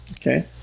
okay